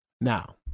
Now